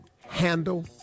Handle